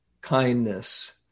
kindness